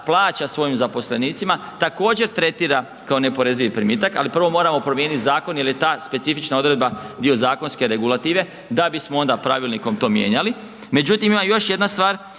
plaća svojim zaposlenicima, također tretira kao neoporezivi primitak, ali prvo moramo promijenit zakon jer je ta specifična odredba dio zakonske regulative, da bismo onda pravilnikom to mijenjali, međutim, ima još jedna stvar,